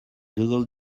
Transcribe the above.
google